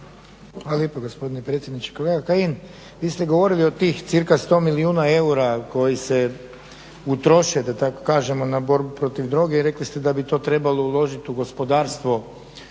Hvala lijepa gospodine predsjedniče. Kolega Kajin, vi ste govorili o tih cirka 100 milijuna eura koji se utroše da tako kažemo na borbu protiv droge i rekli ste da bi to trebalo uložiti u gospodarstvo.